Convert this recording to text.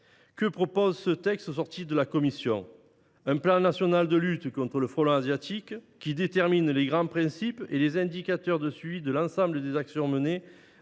Que propose t il au sortir de son examen en commission ? Un plan national de lutte contre le frelon asiatique, qui détermine les grands principes et les indicateurs de suivi de l’ensemble des actions menées